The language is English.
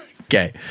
Okay